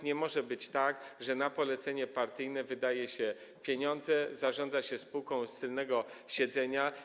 Nie może być tak, że na polecenie partyjne wydaje się pieniądze, zarządza się spółką z tylnego siedzenia.